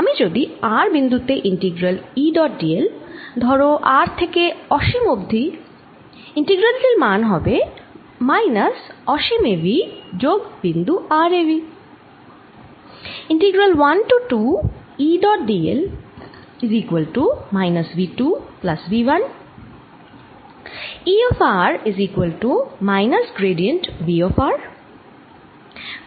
আমি যদি r বিন্দু থেকে ইন্টিগ্রাল E ডট dl ধরো r থেকে অসীম অবধি ইন্টিগ্রাল টির মান হবে মাইনাস অসীম এ V যোগ বিন্দু r এ V